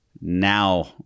Now